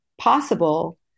possible